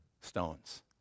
stones